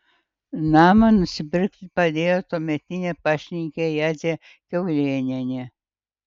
namą nusipirkti padėjo tuometinė paštininkė jadzė kiaulėnienė